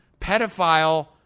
pedophile